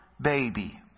baby